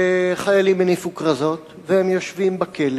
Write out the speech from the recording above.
חיילים הניפו כרזות והם יושבים בכלא